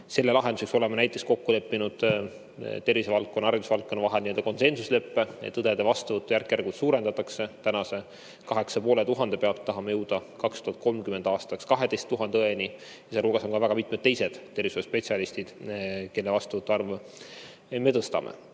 Selle lahenduseks oleme näiteks kokku leppinud tervishoiuvaldkonna ja haridusvaldkonna vahel konsensusleppe, et õdede vastuvõttu järk-järgult suurendatakse – praeguse 8500 pealt tahame jõuda 2030. aastaks 12 000 õeni. Seal hulgas on ka väga mitmed teised tervishoiuspetsialistid, kelle vastuvõtu arvu me tõstame.